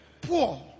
Poor